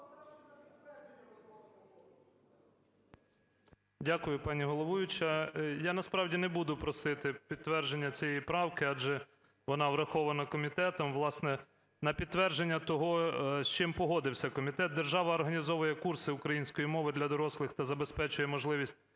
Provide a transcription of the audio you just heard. Дякую, пані головуюча. Я насправді не буду просити підтвердження цієї правки, адже вона врахована комітетом. Власне, на підтвердження того, з чим погодився комітет: держава організовує курси української мови для дорослих та забезпечує можливість